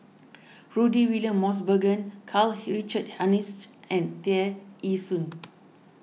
Rudy William Mosbergen Karl Richard Hanitsch and Tear Ee Soon